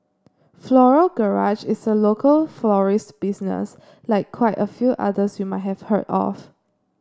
Floral Garage is a local florist business like quite a few others you might have heard of